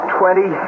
Twenty